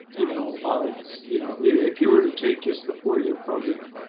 you know. while it's, you know if you were to take just the four-year program,